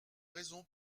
raison